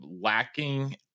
lacking